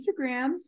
Instagrams